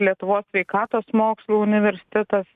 lietuvos sveikatos mokslų universitetas